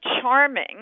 charming